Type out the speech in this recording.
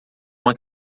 uma